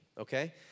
okay